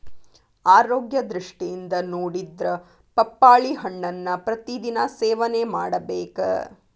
ಆರೋಗ್ಯ ದೃಷ್ಟಿಯಿಂದ ನೊಡಿದ್ರ ಪಪ್ಪಾಳಿ ಹಣ್ಣನ್ನಾ ಪ್ರತಿ ದಿನಾ ಸೇವನೆ ಮಾಡಬೇಕ